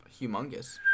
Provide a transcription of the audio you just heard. humongous